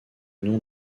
nom